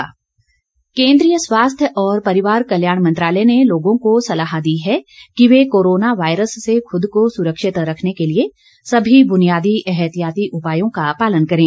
स्वास्थ्य परामर्श केन्द्रीय स्वास्थ्य और परिवार कल्याण मंत्रालय ने लोगों को सलाह दी है कि वे नये कोरोना वायरस से खुद को सुरक्षित रखने के लिए सभी बुनियादी एहतियाती उपायों का पालन करें